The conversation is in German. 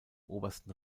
obersten